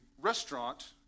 restaurant